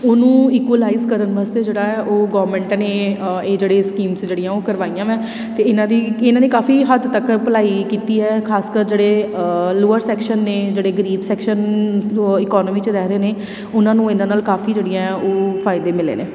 ਉਹਨੂੰ ਇਕੁਲਾਈਜ ਕਰਨ ਵਾਸਤੇ ਜਿਹੜਾ ਉਹ ਗੌਰਮੈਂਟ ਨੇ ਇਹ ਜਿਹੜੇ ਸਕੀਮਸ ਜਿਹੜੀਆਂ ਉਹ ਕਰਵਾਈਆਂ ਹੈ ਅਤੇ ਇਹਨਾਂ ਦੀ ਇਹਨਾਂ ਨੇ ਕਾਫੀ ਹੱਦ ਤੱਕ ਭਲਾਈ ਕੀਤੀ ਆ ਖ਼ਾਸ ਕਰ ਜਿਹੜੇ ਲੋਅਰ ਸੈਕਸ਼ਨ ਨੇ ਜਿਹੜੇ ਗਰੀਬ ਸੈਕਸ਼ਨ ਇਕੋਨਮੀ 'ਚ ਰਹਿ ਰਹੇ ਨੇ ਉਹਨਾਂ ਨੂੰ ਇਹਨਾਂ ਨਾਲ ਕਾਫੀ ਜਿਹੜੀਆਂ ਉਹ ਫਾਇਦੇ ਮਿਲੇ ਨੇ